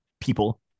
people